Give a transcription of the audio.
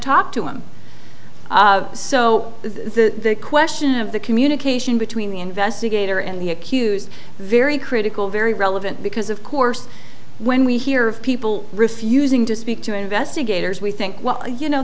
talk to him so the question of the communication between the investigator and the accused very critical very relevant because of course when we hear of people refusing to speak to investigators we think well you know